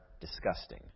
disgusting